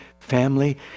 family